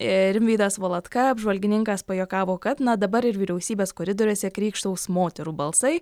ee rimvydas valatka apžvalgininkas pajuokavo kad na dabar ir vyriausybės koridoriuose krykštaus moterų balsai